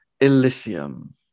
elysium